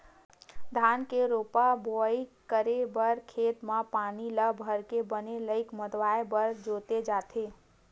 धान के रोपा बोवई करे बर खेत म पानी ल भरके बने लेइय मतवाए बर जोते जाथे